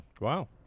Wow